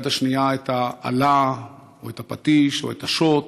השנייה את האלה או את הפטיש או את השוט.